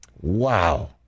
Wow